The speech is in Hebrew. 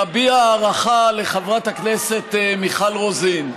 אני רוצה להביע הערכה לחברת הכנסת מיכל רוזין.